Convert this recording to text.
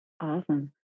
Awesome